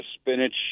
spinach